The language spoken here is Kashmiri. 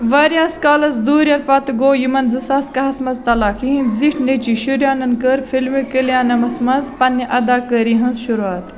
واریاہس کالس دوٗرِٮ۪ر پتہٕ گوٚو یِمن زٕ ساس کاہَس منٛز طلاق یِہِنٛدۍ زِٹھۍ نیٚچوِۍ شرٛونان کٔر فِلمہِ کلیانمس منٛز پنٕنہِ اداکٲری ہٕنٛز شُروٗعات